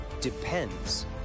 depends